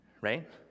right